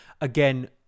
again